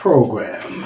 Program